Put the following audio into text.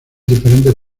diferentes